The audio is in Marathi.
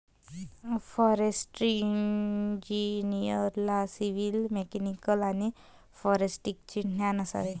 फॉरेस्ट्री इंजिनिअरला सिव्हिल, मेकॅनिकल आणि फॉरेस्ट्रीचे ज्ञान असावे